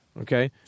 okay